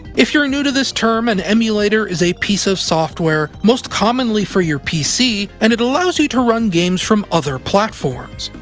if you're new to this term, an and emulator is a piece of software, most commonly for your pc, and it allows you to run games from other platforms.